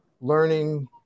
learning